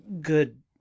Good